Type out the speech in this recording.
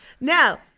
Now